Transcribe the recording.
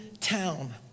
town